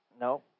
No